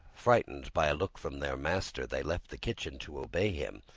frightened by a look from their master, they left the kitchen to obey him.